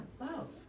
love